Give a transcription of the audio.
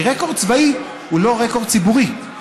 כי רקורד צבאי הוא לא רקורד ציבורי.